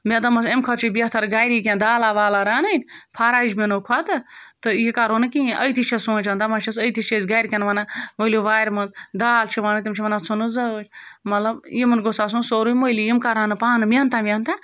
مےٚ دوٚپمَس اَمہِ کھۄتہٕ چھِ بہتر گَری کینٛہہ دالہ والہ رَنٕنۍ فَراج بیٖنو کھۄتہٕ تہِ یہِ کَرو نہٕ کِہیٖنۍ أتی چھس سونٛچان دَپان چھس أتی چھِ أسی گَرِکٮ۪ن وَنان ؤلِو وارِ منٛز دال چھِ وَنان تِم چھِ وَنان ژھٕنُس زٲج مطلب یِمَن گوٚژھ آسُن سورُے مٔلی یِم کَرٕہَن نہٕ پانہٕ محنتہ وٮ۪حنتہ